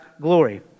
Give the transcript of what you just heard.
glory